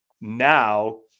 Now